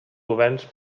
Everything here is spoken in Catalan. governs